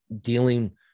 dealing